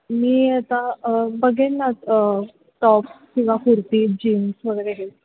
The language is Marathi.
मी आता बघेन ना टॉप्स किंवा कुर्ती जीन्स वगैरे हे